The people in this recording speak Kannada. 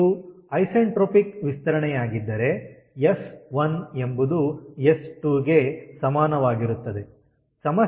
ಇದು ಐಸೆಂಟ್ರೊಪಿಕ್ ವಿಸ್ತರಣೆಯಾಗಿದ್ದರೆ ಎಸ್1 ಎಂಬುದು ಎಸ್2 ಗೆ ಸಮಾನವಾಗಿರುತ್ತದೆ